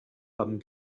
haben